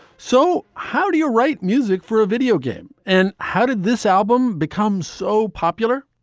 so how do you write music for a video game and how did this album become so popular?